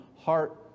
heart